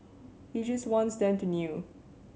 he just wants them to kneel